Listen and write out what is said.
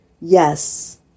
Yes